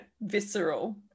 visceral